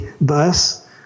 bus